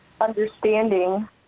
understanding